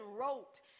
wrote